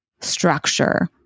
structure